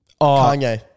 Kanye